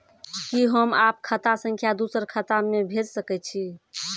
कि होम आप खाता सं दूसर खाता मे भेज सकै छी?